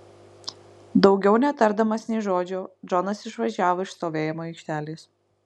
daugiau netardamas nė žodžio džonas išvažiavo iš stovėjimo aikštelės